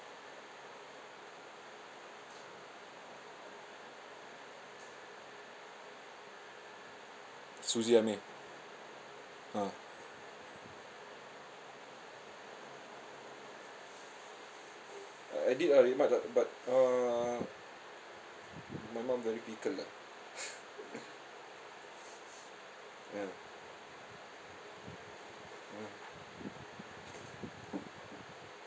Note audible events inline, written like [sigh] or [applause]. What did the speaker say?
suzyameer ah I did ah redmart ah but uh my mum very fickle lah [laughs] ya ah